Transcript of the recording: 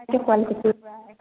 এইটো শুৱালকুছিৰ পৰা আহে কাপোৰ